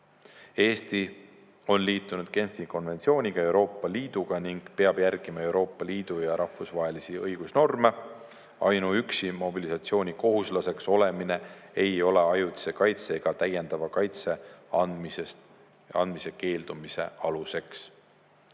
Eesti on liitunud Genfi konventsiooniga ja Euroopa Liiduga ning peab järgima Euroopa Liidu ja rahvusvahelisi õigusnorme. Ainuüksi mobilisatsioonikohuslaseks olemine ei ole ajutise kaitse ega täiendava kaitse andmisest keeldumise aluseks.